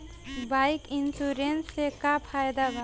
Bike insurance से का फायदा बा?